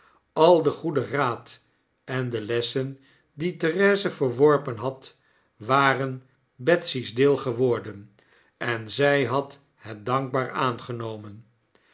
al den goeden raad en de lessen die therese verworpen had waren betsy's deel geworden en zy had het dankbaar aangenomen